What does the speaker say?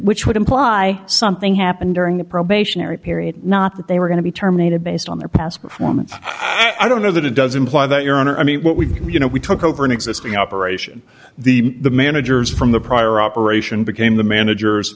which would imply something happened during the probationary period not that they were going to be terminated based on their past performance i don't know that it does imply that your honor i mean what we you know we took over an existing operation the the managers from the prior operation became the managers